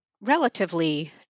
relatively